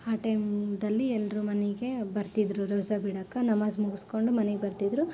ಆ ಟೈಮ್ನಲ್ಲಿ ಎಲ್ಲರೂ ಮನೆಗೆ ಬರ್ತಿದ್ರು ರೋಝ ಬಿಡೋಕೆ ನಮಾಜ್ ಮುಗಿಸ್ಕೊಂಡು ಮನೆಗೆ ಬರ್ತಿದ್ರು